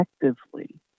effectively